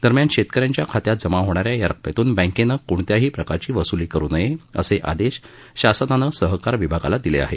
दरम्यान शेतकऱ्यांच्या खात्यात जमा होणाऱ्या या रकमेतून बँकेने कोणत्याही प्रकारची वसूली करु नये असे आदेश शासनानं सहकार विभागाला दिले आहेत